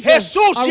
Jesus